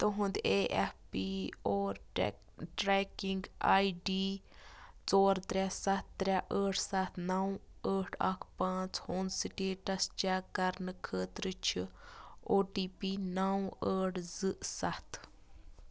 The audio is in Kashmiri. تُہُنٛد اےٚ ایف پی اور ٹرٛ ٹرٛیکِنٛگ آئی ڈی ژور ترٛےٚ سَتھ ترٛےٚ ٲٹھ سَتھ نَو ٲٹھ اَکھ پانٛژ ہُنٛد سِٹیٹس چیک کَرنہٕ خٲطرٕ چھِ او ٹی پی نَو ٲٹھ زٕ سَتھ